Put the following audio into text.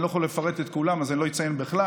אני לא יכול לפרט את כולם אז אני לא אציין בכלל,